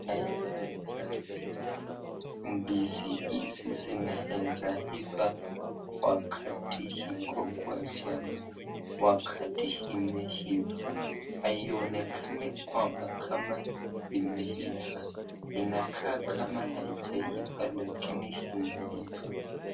Aina za ndizi. Ndizi hizi zinawezaiva wakati iko kwa shamba. Wakati imeiva, haionekani ya kwamba kama imeiva. Inakaa kama haijaiva lakini imeiva.